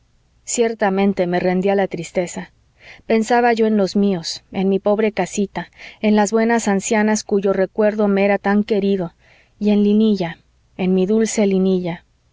ciertamente me rendía la tristeza pensaba yo en los míos en mi pobre casita en las buenas ancianas cuyo recuerdo me era tan querido y en linilla en mi dulce linilla